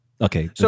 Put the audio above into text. Okay